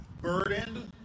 burdened